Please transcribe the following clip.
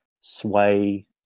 sway